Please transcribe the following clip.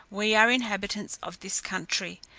we are inhabitants of this country,